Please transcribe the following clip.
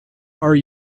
are